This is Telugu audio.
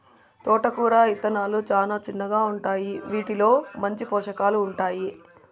తోటకూర ఇత్తనాలు చానా చిన్నగా ఉంటాయి, వీటిలో మంచి పోషకాలు ఉంటాయి